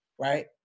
Right